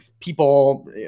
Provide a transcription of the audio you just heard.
people